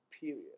period